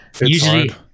usually